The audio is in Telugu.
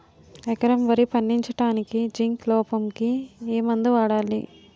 ఎకరం వరి పండించటానికి జింక్ లోపంకి ఏ మందు వాడాలి?